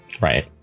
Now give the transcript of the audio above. Right